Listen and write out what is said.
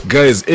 Guys